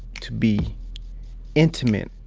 to be intimate.